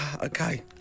Okay